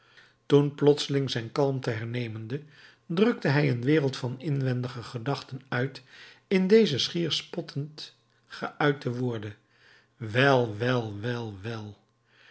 toen plotseling zijn kalmte hernemende drukte hij een wereld van inwendige gedachten uit in deze schier spottend geuite woorden wel wel wel wel